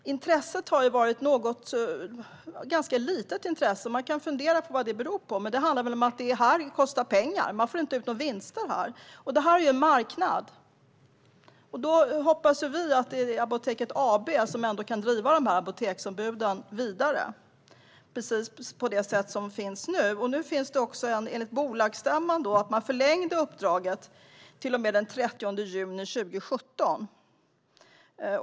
Intresset har dock varit ganska litet. Vi kan fundera på vad det beror på, men det handlar väl om att detta kostar pengar. Man får inte ut några vinster, och det här är ju en marknad. Vi hoppas att Apoteket AB ändå kan driva apoteksombuden vidare på precis det sätt som man gör nu. Enligt bolagsstämman förlängdes också uppdraget till och med den 30 juni 2017.